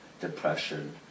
depression